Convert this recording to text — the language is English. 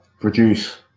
produce